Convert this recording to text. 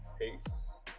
Peace